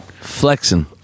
Flexing